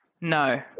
No